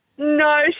No